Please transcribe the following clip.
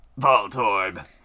Voltorb